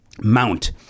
mount